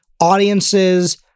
audiences